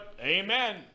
Amen